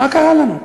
מה קרה לנו?